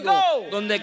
go